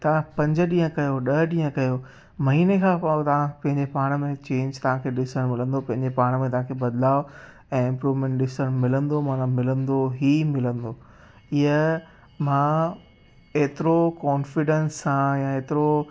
तव्हां पंज ॾींहं कयो ॾह ॾींहं कयो महीने खां पाणि तव्हां पंहिंजे पाण में चैंज तव्हांखे ॾिसणु मिलंदो पंहिंजे पाण में तव्हांखे बदिलाउ ऐं इंप्रूवमेंट ॾिसण मिलंदो माना मिलंदो ई मिलंदो इअं मां एतिरो कॉन्फिडंस सां या एतिरो